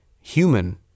human